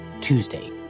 Tuesday